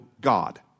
God